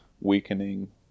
weakening